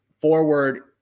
forward